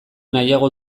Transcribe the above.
nahiago